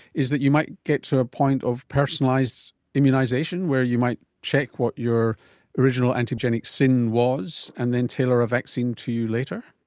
is that you might get to a point of personalised immunisation where you might check what your original antigenic sin was and then tailor a vaccine to you later.